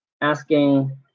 asking